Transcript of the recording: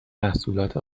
محصولات